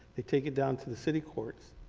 they take it down to the city courts,